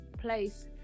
place